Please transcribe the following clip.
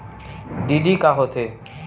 DD का होथे?